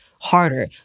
harder